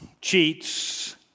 cheats